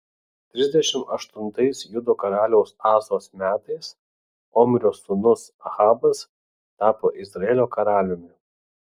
trisdešimt aštuntais judo karaliaus asos metais omrio sūnus ahabas tapo izraelio karaliumi